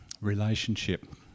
Relationship